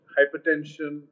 hypertension